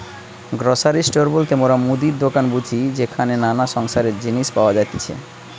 grocery store বলতে মোরা মুদির দোকান বুঝি যেখানে নানা সংসারের জিনিস পাওয়া যাতিছে